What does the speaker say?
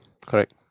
Correct